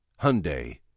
Hyundai